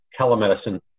telemedicine